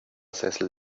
sessel